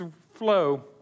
flow